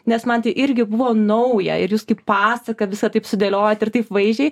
nes man tai irgi buvo nauja ir jūs kaip pasaką visa taip sudėliojot ir taip vaizdžiai